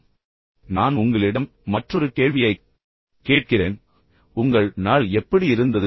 இப்போது நான் உங்களிடம் மற்றொரு கேள்வியைக் கேட்கிறேன் உங்கள் நாள் எப்படி இருந்தது